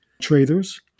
traders